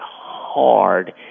hard